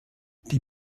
die